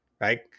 Right